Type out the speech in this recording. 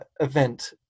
event